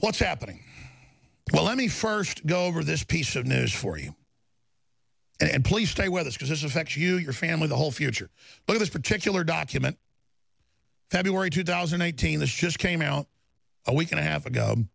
what's happening well let me first go over this piece of news for you and please stay with us because this affects you your family the whole future but this particular document february two thousand and eighteen this just came out a week and a half ago